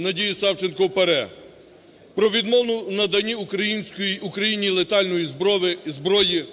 Надії Савченко в ПАРЄ про відмову у наданні Україні летальної зброї,